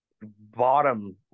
bottom